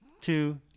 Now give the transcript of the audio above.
two